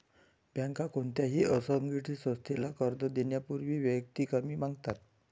बँका कोणत्याही असंघटित संस्थेला कर्ज देण्यापूर्वी वैयक्तिक हमी मागतात